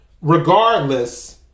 Regardless